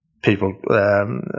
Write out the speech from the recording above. people